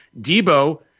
Debo